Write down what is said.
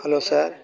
hello sir